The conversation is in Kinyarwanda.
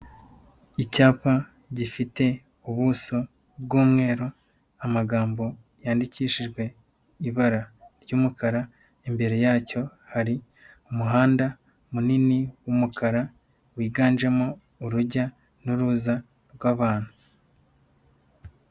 Icyapa gifite ubuso bw'umweru, amagambo yandikishijwe ibara ry'umukara, imbere y'acyo hari umuhanda munini w'umukara, wiganjemo urujya n'uruza rw'abantu.